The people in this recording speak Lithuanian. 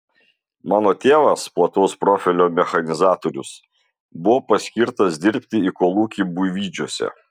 mano tėvas plataus profilio mechanizatorius buvo paskirtas dirbti į kolūkį buivydžiuose